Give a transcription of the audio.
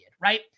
right